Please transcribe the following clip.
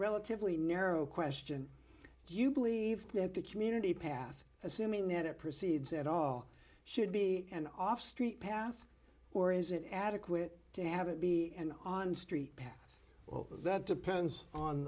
relatively narrow question do you believe that the community path assuming that it proceeds at all should be an off street path or is it adequate to have it be and on street pass that depends on